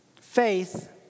Faith